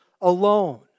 alone